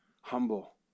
humble